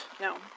No